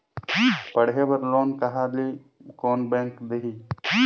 पढ़े बर लोन कहा ली? कोन बैंक देही?